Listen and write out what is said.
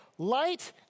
Light